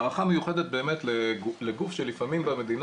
הערכה מיוחדת לגוף שלפעמים במדינה